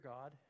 God